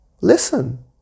listen